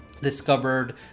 discovered